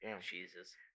Jesus